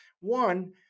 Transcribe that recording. One